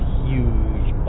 huge